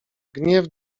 gniew